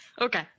Okay